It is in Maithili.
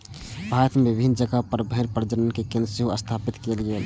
भारत मे विभिन्न जगह पर भेड़ प्रजनन केंद्र सेहो स्थापित कैल गेल छै